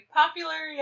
popular